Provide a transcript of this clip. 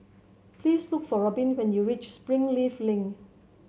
please look for Robin when you reach Springleaf Link